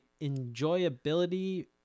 enjoyability